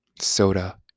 Soda